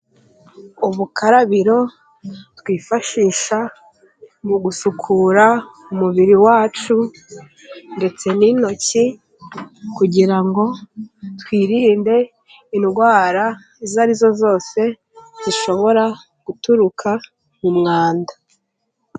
Ubukarabiro twifashisha mu gusukura umubiri wacu ndetse n'intoki, kugira ngo twirinde indwara izo ari zo zose, zishobora guturuka mu mwanda.